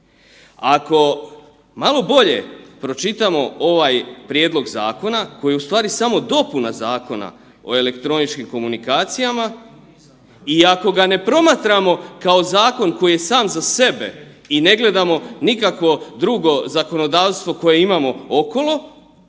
Ako malo bolje pročitamo ovaj prijedlog zakona koji ustvari samo dopuna Zakona o elektroničkim komunikacijama i ako ga ne promatramo kao zakon koji je sam za sebe i ne gledamo nikakvo drugo zakonodavstvo koje imamo okolo,